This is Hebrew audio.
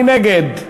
מי נגד?